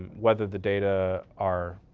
whether the data are